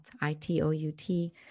I-T-O-U-T